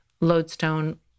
lodestone